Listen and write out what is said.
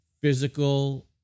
physical